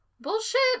Bullshit